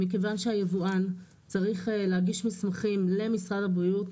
מכיוון שהיבואן צריך להגיש מסמכים למשרד הבריאות.